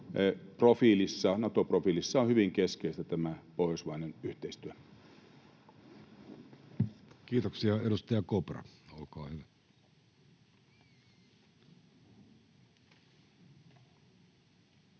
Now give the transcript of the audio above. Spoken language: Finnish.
Nato-profiilissa on hyvin keskeistä tämä pohjoismainen yhteistyö. Kiitoksia. — Edustaja Kopra, olkaa hyvä. Arvoisa